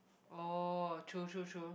oh true true true